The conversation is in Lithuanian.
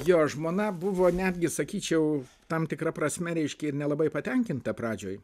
jo žmona buvo netgi sakyčiau tam tikra prasme reiškia ji labai patenkinta pradžioj